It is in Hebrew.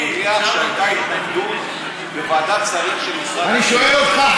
אני מניח שהייתה התנגדות בוועדת שרים של משרד הפנים.